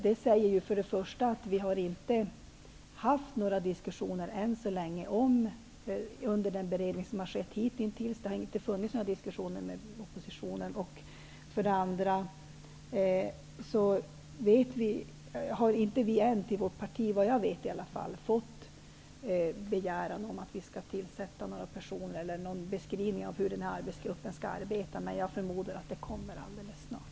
Det har under den beredning som skett hittills inte funnits några diskussioner med oppositionen. Vi har i vårt parti såvitt jag vet ännu inte fått en begäran om att tillsätta personer eller någon beskrivning av hur gruppen skall arbeta, men jag förmodar att det kommer alldeles snart.